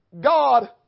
God